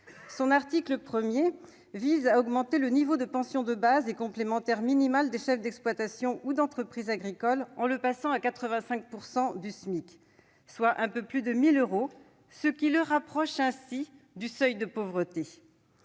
Son article 1 vise à augmenter le niveau de pension de base et complémentaire minimal des chefs d'exploitation ou d'entreprise agricole, en le passant à 85 % du SMIC, soit un peu plus de 1 000 euros, ce qui le rapproche du seuil de pauvreté.